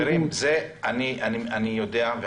חברים, אני יודע את זה.